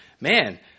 man